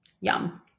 Yum